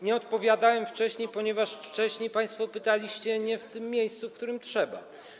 Nie odpowiadałem wcześniej, ponieważ państwo pytaliście nie w tym miejscu, w którym trzeba.